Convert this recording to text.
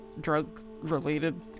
drug-related